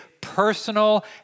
personal